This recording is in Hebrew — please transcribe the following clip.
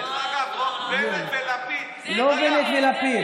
דרך אגב, בנט ולפיד, לא בנט ולפיד.